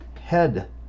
head